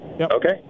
okay